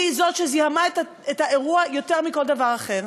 זאת שזיהמה את האירוע יותר מכל דבר אחר.